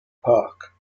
park